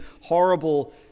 horrible